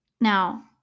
Now